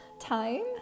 time